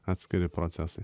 atskiri procesai